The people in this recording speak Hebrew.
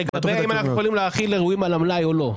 לגבי אם אנחנו יכולים להחיל אירועים על המלאי או לא.